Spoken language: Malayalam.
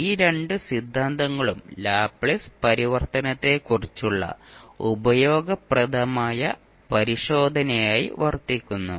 ഈ രണ്ട് സിദ്ധാന്തങ്ങളും ലാപ്ലേസ് പരിവർത്തനത്തെക്കുറിച്ചുള്ള ഉപയോഗപ്രദമായ പരിശോധനയായി വർത്തിക്കുന്നു